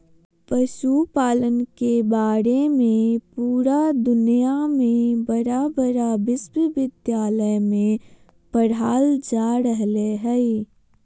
पशुपालन के बारे में पुरा दुनया में बड़ा बड़ा विश्विद्यालय में पढ़ाल जा रहले हइ